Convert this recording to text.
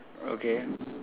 okay